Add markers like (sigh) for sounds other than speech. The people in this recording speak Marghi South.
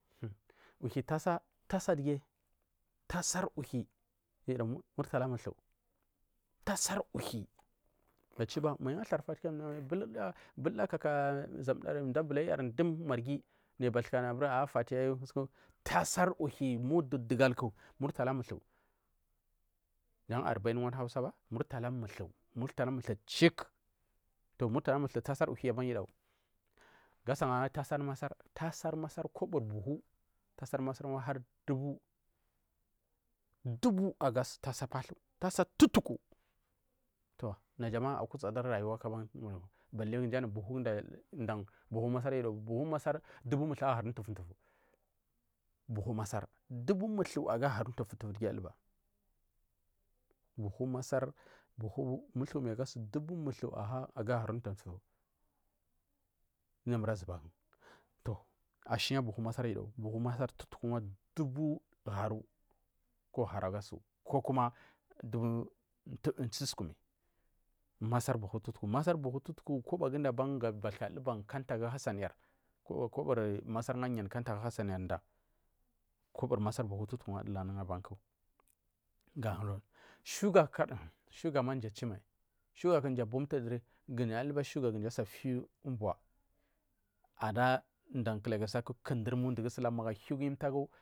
(hesitation) uhuwi tasa digi tsisa uhuwi murtala multhu tasar uhuwi ma yu athoriati bulda kaka mdu abulayu marghi nayi bathukara fatiyayu tasar uhwi muchi dugal ku murtala multhu jan arbain wandu hausa ba murtala mutha chic murtala muthu tasar uhuwi aban yudawu gasanu tasar masar tasar masar kobori buhu tasar masar har dubu aga su tutuku to naja ma aku sadar rayuwaku balai ku may anu buhuguda buhu guda buhur masar dubu muthuaga harumtutu mtu dubu mathuagaharumtugu dubu mathuagaharu mtugu mtugu buhur masar dubu multhuaa harumtufu buhu multhikumi aga su dubu muethuagam tufu dumur azuba vu ashna buhor masar yudagu buhu pathu dubutaru ko hamagasu kokuma duba tsisukumi masar buhu tutaku koboguda aban bathuka dulba kanta gu hassan yar kobari masar ga yani kanta gu hassanyar dan buhu tutuku jan adul anufu aban ga sugar sugar ma mji achu mai naya abumtu duri fiya umboa dan kilakisa kundurumu dugusu lan magu ahia umfagu.